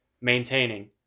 Maintaining